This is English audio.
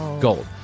gold